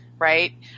Right